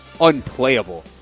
unplayable